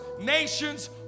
Nations